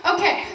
Okay